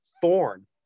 thorn